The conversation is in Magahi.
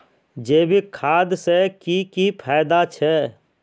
जैविक खाद से की की फायदा छे?